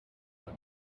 one